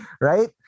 Right